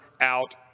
out